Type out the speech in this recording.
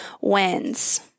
wins